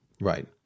Right